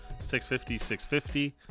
650-650